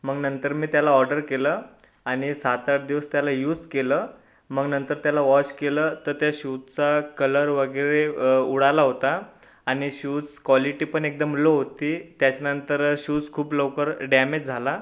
मंग नंतर मी त्याला ऑर्डर केलं आणि सात आठ दिवस त्याला यूज केलं मग नंतर त्याला वॉश केलं तर त्या शूजचा कलर वगैरे उडाला होता आणि शूज क्वालिटी पण एकदम लो होती त्याच्यानंतर शूज खूप लवकर डॅमेज झाला